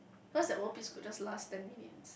cause that world peace could just last ten minutes